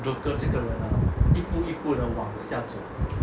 joker 这个人啊一步一步的往下走